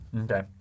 Okay